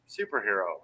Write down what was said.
superhero